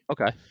Okay